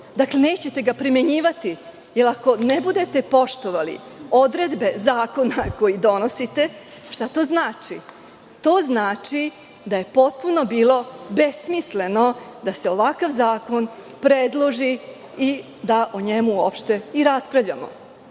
Dakle, nećete ga primenjivati, jer ako ne budete poštovali odredbe zakona koji donosite, šta to znači? To znači da je potpuno bilo besmisleno da o njemu uopšte i raspravljamo.